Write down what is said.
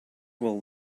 will